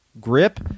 grip